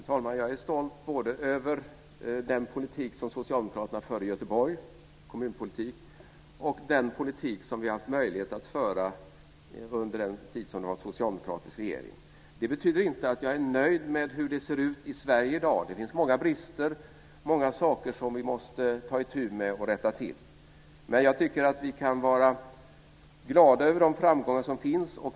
Fru talman! Jag är stolt både över den politik som - och över den politik som vi har haft möjlighet att föra under den tid som det varit socialdemokratisk regering. Det betyder inte att jag är nöjd med hur det i dag ser ut i Sverige; det finns många brister och många saker som vi måste ta itu med och rätta till. Men jag tycker att vi kan vara glada över de framgångar som finns.